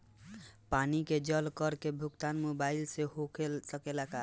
पानी के जल कर के भुगतान मोबाइल से हो सकेला का?